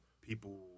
people